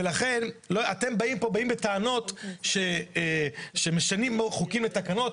אתם באים לפה בטענות שמשנים חוקים ותקנות,